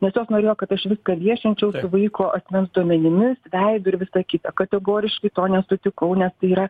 nes jos norėjo kad aš viską viešinčiau su vaiko asmens duomenimis veidu ir visa kita kategoriškai to nesutikau nes tai yra